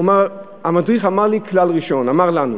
הוא אמר: המדריך אמר לי כלל ראשון, אמר לנו: